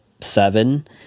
seven